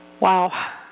Wow